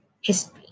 history